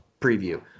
preview